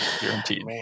guaranteed